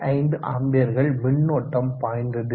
5 ஆம்பியர்கள் மின்னோட்டம் பாய்கிறது